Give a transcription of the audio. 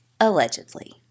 Allegedly